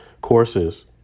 courses